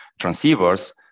transceivers